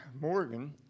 Morgan